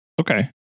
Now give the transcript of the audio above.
Okay